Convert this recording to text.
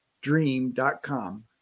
dream.com